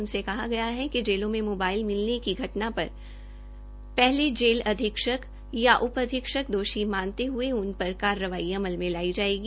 उनसे कहा गया है कि जेलों में मोबाइल मिलने की घटना होने पर पहले जेल अधीक्षक या उप अधीक्षक को दोषी मानते हुए उन पर कार्रवाई अमल में लाई जाएगी